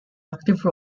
active